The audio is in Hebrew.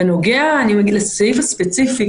בנוגע לסעיף הספציפי,